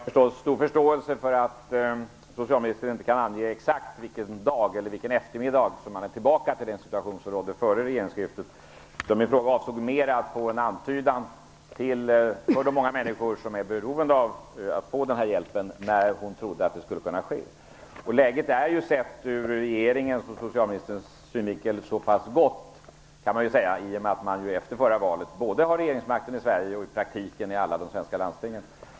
Fru talman! Jag har förstås stor förståelse för att socialministern inte kan ange exakt vilken dag eller eftermiddag vi är tillbaka i den situation vi befann oss i före regeringsskiftet. Min fråga avsåg mer att alla de människor som är beroende av denna hjälp skulle få en antydan om när detta skulle kunna ske. Sett ur regeringens och socialministerns synvinkel är läget gott, i och med att Socialdemokraterna efter det förra valet har såväl regeringsmakten i Sverige som makten i praktiskt taget alla de svenska landstingen.